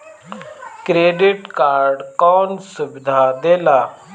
Credit card कौन सुबिधा देला?